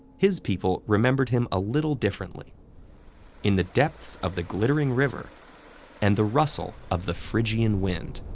his people remembered him a little differently in the depths of the glittering river and the rustle of the phrygian wind.